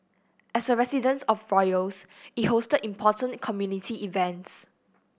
as the residence of royals it hosted important community events